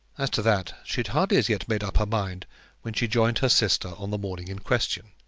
as to that, she had hardly as yet made up her mind when she joined her sister on the morning in question.